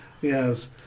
Yes